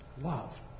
love